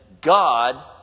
God